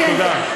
תודה.